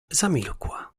zamilkła